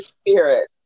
spirit